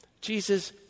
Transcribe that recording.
Jesus